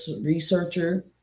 researcher